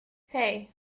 hey